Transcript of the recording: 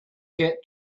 get